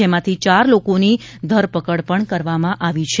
જેમાંથી ચાર લોકોની ધરપકડ પણ કરવામાં આવેલ છે